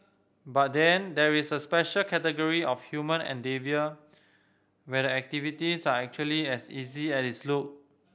but then there is a special category of human endeavour where the activities are actually as easy as it look